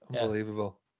Unbelievable